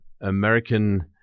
American